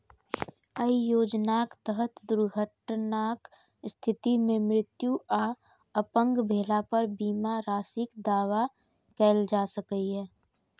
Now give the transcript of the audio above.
अय योजनाक तहत दुर्घटनाक स्थिति मे मृत्यु आ अपंग भेला पर बीमा राशिक दावा कैल जा सकैए